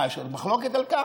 מה, יש לנו מחלוקת על כך?